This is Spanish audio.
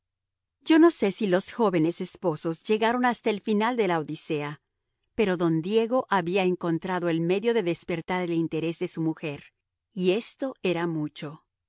yo no sé si los jóvenes esposos llegaron hasta el final de la odisea pero don diego había encontrado el medio de despertar el interés de su mujer y esto era mucho